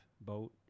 boat